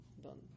done